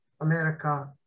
America